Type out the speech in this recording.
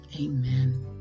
Amen